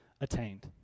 attained